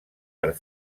per